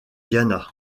diana